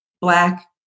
Black